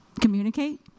communicate